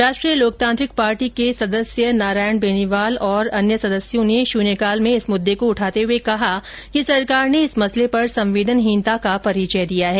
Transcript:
राष्ट्रीय लोकतांत्रिक पार्टी के सदस्य नारायण बेनीवाल तथा अन्य सदस्यों ने शून्यकाल में इस मुददे को उठाते हुए कहा कि सरकार ने इस मसले पर संवेदनहीनता का परिचय दिया है